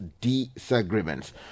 disagreements